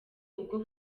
ubwo